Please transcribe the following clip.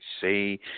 say